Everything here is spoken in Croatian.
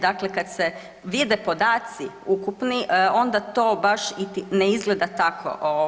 Dakle, kad se vide podaci ukupni onda to baš i ne izgleda tako.